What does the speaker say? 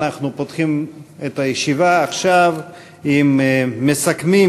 אנחנו פותחים את הישיבה עכשיו עם המסכמים